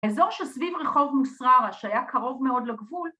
‫אזור של סביב רחוב מוסררה, ‫שהיה קרוב מאוד לגבול.